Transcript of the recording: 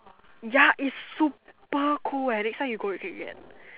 ya it's super cool next time you go you can get